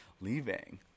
leaving